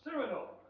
cyrano!